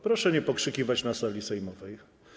Proszę nie pokrzykiwać na sali sejmowej.